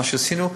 מה שעשינו,